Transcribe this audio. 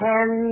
Ten